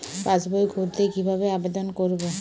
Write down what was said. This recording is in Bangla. পাসবই খুলতে কি ভাবে আবেদন করব?